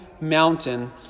mountain